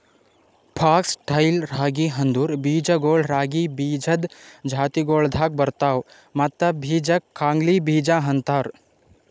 fox tail ರಾಗಿ ಅಂದುರ್ ಬೀಜಗೊಳ್ ರಾಗಿ ಬೀಜದ್ ಜಾತಿಗೊಳ್ದಾಗ್ ಬರ್ತವ್ ಮತ್ತ ಬೀಜಕ್ ಕಂಗ್ನಿ ಬೀಜ ಅಂತಾರ್